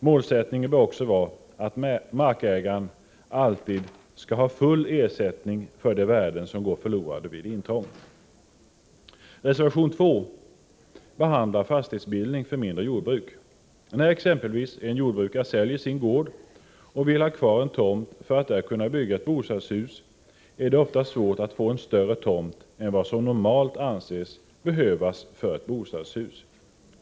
Målsättningen bör också vara att markägaren alltid skall ha full ersättning för de värden som går förlorade vid intrånget. Reservation 2 behandlar fastighetsbildning för mindre jordbruk. När exempelvis en jordbrukare säljer sin gård och vill ha kvar en tomt för att där kunna bygga ett bostadshus är det ofta svårt att få en större tomt än vad som normalt anses behövas för ett bostadshus.